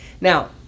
Now